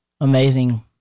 amazing